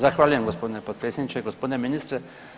Zahvaljujem gospodine potpredsjedniče, gospodine ministre.